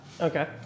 Okay